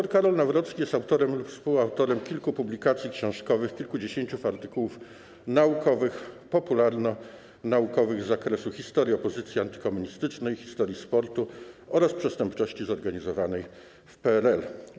Dr Karol Nawrocki jest autorem lub współautorem kilku publikacji książkowych, kilkudziesięciu artykułów naukowych, popularnonaukowych z zakresu historii opozycji antykomunistycznej, historii sportu oraz przestępczości zorganizowanej w PRL.